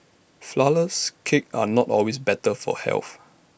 Flourless Cakes are not always better for health